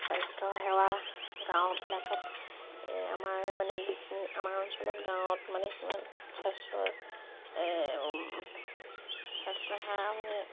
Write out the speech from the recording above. স্বাস্থ্য সেৱা গাঁওবিলাকক আমাৰ মানে যিখিনি আমাৰ অঞ্চলত গাঁৱত মানে সিমান স্বাস্থ্যৰ স্বাস্থ্যসেৱা মানে